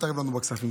אל תתערב לנו בכספים,